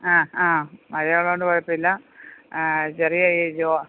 ആ ആ മഴ ഉള്ളതുകൊണ്ട് കുഴപ്പമില്ല ചെറിയ ഇ ജോ